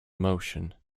emotion